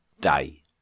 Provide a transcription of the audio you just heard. day